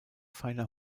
feiner